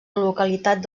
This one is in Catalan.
localitat